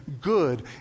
good